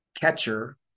catcher